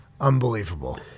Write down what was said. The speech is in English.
Unbelievable